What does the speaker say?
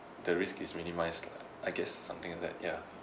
the risk is minimised I guess something like that ya